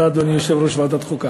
אדוני היושב-ראש, תודה,